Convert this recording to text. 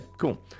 cool